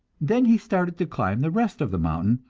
then he started to climb the rest of the mountain,